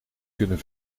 kunnen